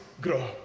grow